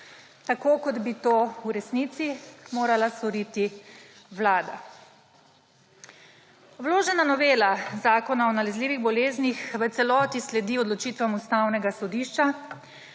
tako kot bi to v resnici morala storiti Vlada. Vložena novela Zakona o nalezljivih boleznih v celoti sledi odločitvam Ustavnega sodišča